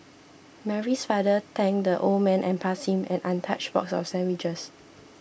Mary's father thanked the old man and passed him an untouched box of sandwiches